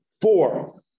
Four